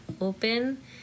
open